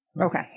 Okay